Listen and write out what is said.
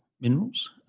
minerals